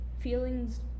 feelings